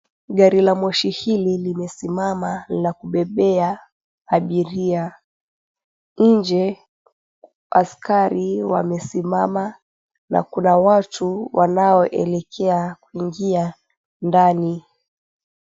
Gari la moshi hili limesimama la kubebea abiria. Nje, askari wamesimama na kuna watu wanaoelekea kuingia ndani.